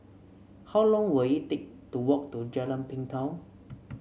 how long will it take to walk to Jalan Pintau